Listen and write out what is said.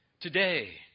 today